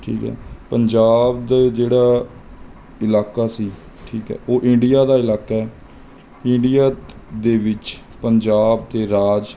ਠੀਕ ਹੈ ਪੰਜਾਬ ਦਾ ਜਿਹੜਾ ਇਲਾਕਾ ਸੀ ਠੀਕ ਹੈ ਉਹ ਇੰਡੀਆ ਦਾ ਇਲਾਕਾ ਇੰਡੀਆ ਦੇ ਵਿੱਚ ਪੰਜਾਬ 'ਤੇ ਰਾਜ